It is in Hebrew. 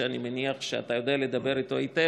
שאני מניח שאתה יודע לדבר איתו היטב,